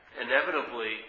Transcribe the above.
inevitably